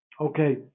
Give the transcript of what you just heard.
Okay